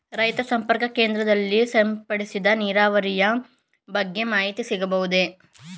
ರೈತ ಸಂಪರ್ಕ ಕೇಂದ್ರದಲ್ಲಿ ಸಿಂಪಡಣಾ ನೀರಾವರಿಯ ಬಗ್ಗೆ ಮಾಹಿತಿ ಸಿಗಬಹುದೇ?